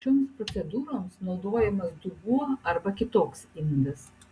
šioms procedūroms naudojamas dubuo arba kitoks indas